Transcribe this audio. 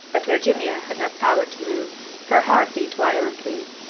but virginia had not power to move her heart beat violently.